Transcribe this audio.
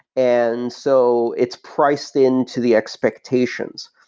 and so it's priced into the expectations.